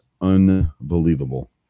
unbelievable